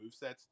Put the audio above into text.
movesets